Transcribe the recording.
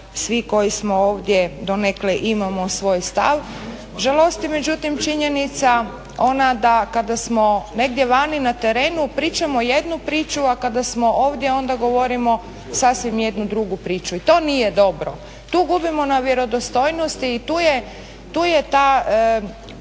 svi koji smo ovdje donekle imamo svoj stav. Žalosti međutim činjenica ona da kada smo negdje vani na terenu pričamo jednu priču, a kada smo ovdje onda govorimo sasvim jednu drugu priču, i to nije dobro, tu gubimo na vjerodostojnosti i tu je ta,